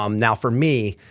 um now, for me.